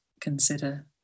consider